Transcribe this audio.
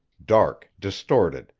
dark, distorted,